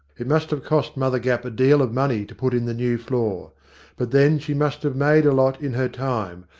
it must have cost mother gapp a deal of money to put in the new floor but then she must have made a lot in her time,